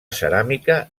ceràmica